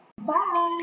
bye